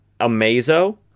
Amazo